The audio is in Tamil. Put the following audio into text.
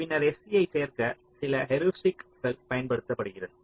பின்னர் sc ஐ சேர்க்க சில ஹூரிஸ்டிக் களை பயன்படுத்துகிறது